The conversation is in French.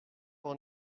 pour